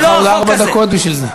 יש לך עוד ארבע דקות בשביל זה.